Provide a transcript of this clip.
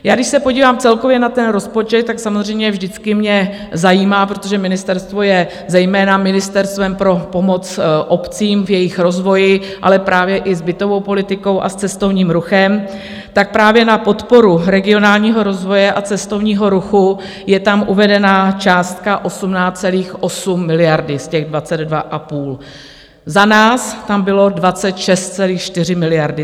Když se podívám celkově na ten rozpočet, samozřejmě vždycky mě zajímá, protože ministerstvo je zejména ministerstvem pro pomoc obcím v jejich rozvoji, ale právě i s bytovou politikou a s cestovním ruchem, tak právě na podporu regionálního rozvoje a cestovního ruchu je tam uvedena částka 18,8 miliardy z těch 22,5, za nás tam bylo 26,4 miliardy.